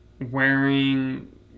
wearing